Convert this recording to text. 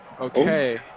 Okay